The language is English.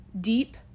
deep